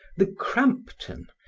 the crampton,